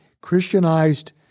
Christianized